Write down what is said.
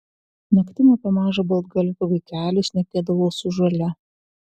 naktim apie mažą baltgalvį vaikelį šnekėdavau su žole